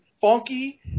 funky